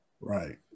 Right